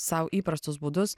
sau įprastus būdus